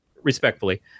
respectfully